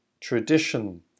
tradition